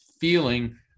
feeling